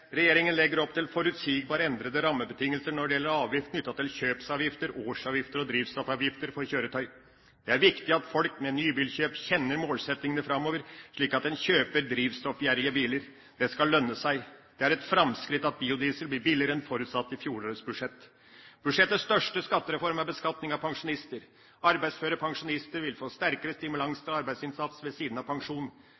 legger opp til forutsigbare, endrede rammebetingelser knyttet til kjøpsavgifter, årsavgifter og drivstoffavgifter for kjøretøy. Det er viktig at folk ved nybilkjøp kjenner målsettingene framover, slik at en kjøper drivstoffgjerrige biler. Det skal lønne seg. Det er et framskritt at biodiesel blir billigere enn forutsatt i fjorårets budsjett. Budsjettets største skattereform er beskatning av pensjonister. Arbeidsføre pensjonister vil få sterkere